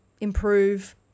improve